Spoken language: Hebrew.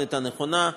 המתכונת הנכונה.